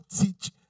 teach